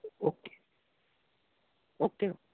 okay okay ma'am